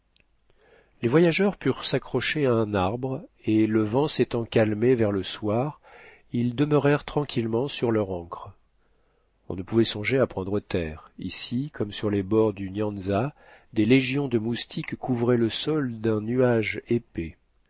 les voyageurs purent s'accrocher à un arbre et le vent s'étant calmé vers le soir ils demeurèrent tranquillement sur leur ancre on ne pouvait songer à prendre terre ici comme sur les bords du nyanza des légions de moustiques couvraient le sol d'un nuage épais